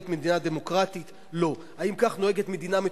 שנקראים בתי-דין לזרים או בתי-דין לביקורת משמורת או בתי-דין לעררים,